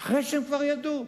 אחרי שהם כבר ידעו.